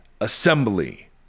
assembly